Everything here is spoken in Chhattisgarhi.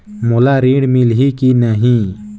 मोला ऋण मिलही की नहीं?